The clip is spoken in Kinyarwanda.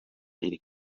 iri